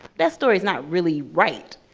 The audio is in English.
that story's not really right.